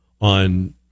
on –